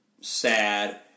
sad